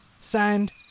Signed